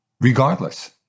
regardless